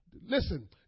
Listen